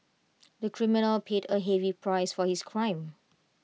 the criminal paid A heavy price for his crime